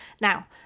Now